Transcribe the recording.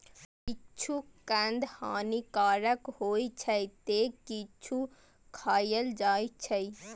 किछु कंद हानिकारक होइ छै, ते किछु खायल जाइ छै